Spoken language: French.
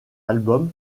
albums